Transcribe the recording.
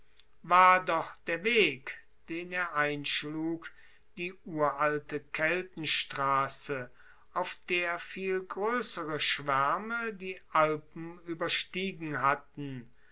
war doch der weg den er einschlug die uralte keltenstrasse auf der viel groessere schwaerme die alpen ueberstiegen hatten